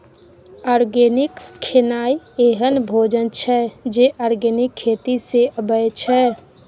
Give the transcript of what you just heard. organic खेनाइ एहन भोजन छै जे आर्गेनिक खेती सँ अबै छै